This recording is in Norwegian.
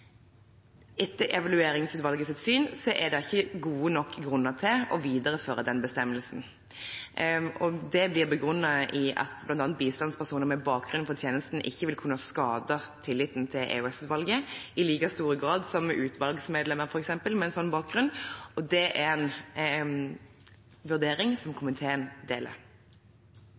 Etter Evalueringsutvalgets syn er det ikke gode nok grunner til å videreføre den bestemmelsen. Det blir bl.a. begrunnet med at bistandspersoner med bakgrunn fra tjenestene ikke vil kunne skade EOS-utvalgets tillit i like stor grad som f.eks. utvalgsmedlemmer med en slik bakgrunn. Det er en vurdering som komiteen deler.